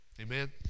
Amen